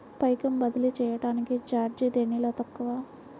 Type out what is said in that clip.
పైకం బదిలీ చెయ్యటానికి చార్జీ దేనిలో తక్కువ?